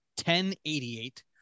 1088